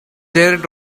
janet